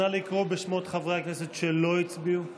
נא לקרוא בשמות חברי הכנסת שלא הצביעו.